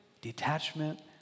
detachment